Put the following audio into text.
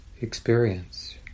experience